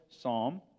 Psalm